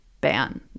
ban